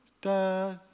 da